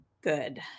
good